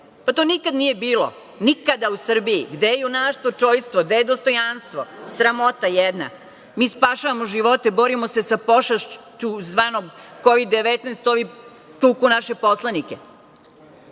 To nikad nije bilo, nikada u Srbiji. Gde je junaštvo, čojstvo, gde je dostojanstvo? Sramota jedna. Mi spašavamo živote, borimo se sa pošašću zvanom Kovid-19, ovi tuku naše poslanike. Želela